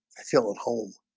i feel at home